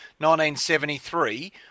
1973